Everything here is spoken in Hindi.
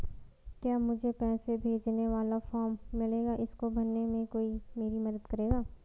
क्या मुझे पैसे भेजने वाला फॉर्म मिलेगा इसको भरने में कोई मेरी मदद करेगा?